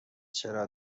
چرا